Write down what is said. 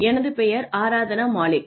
எனது பெயர் ஆராத்னா மாலிக்